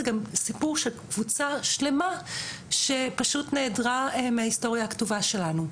גם סיפור של קבוצה שלמה שפשוט נעדרה מההיסטוריה הכתובה שלנו,